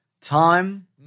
time